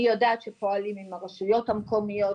אני יודעת שפועלים עם הרשויות המקומיות,